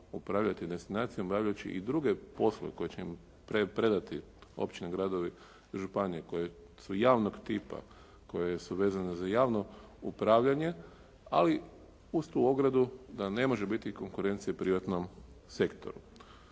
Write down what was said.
upravljati destinacijom obavljajući i druge poslove koje će im predati općine, gradovi, županije koje su javnog tipa, koje su vezane za javno upravljanje ali uz tu ogradu da ne može biti konkurencije privatnom sektoru.